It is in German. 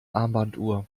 armbanduhr